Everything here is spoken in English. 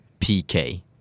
PK